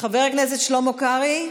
חבר הכנסת שלמה קרעי,